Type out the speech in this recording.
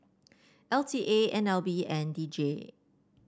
L T A N L B and D J